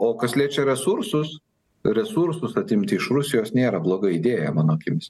o kas liečia resursus resursus atimti iš rusijos nėra bloga idėja mano akimis